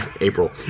April